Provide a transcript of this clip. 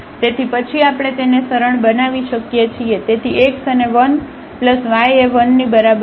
તેથી પછી આપણે તેને સરળ બનાવી શકીએ છીએ તેથી x અને 1λ એ 1 ની બરાબર છે